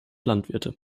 landwirte